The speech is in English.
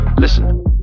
Listen